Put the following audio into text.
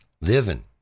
living